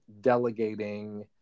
delegating